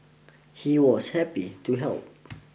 he was happy to help